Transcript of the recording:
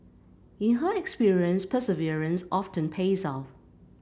in her experience perseverance often pays off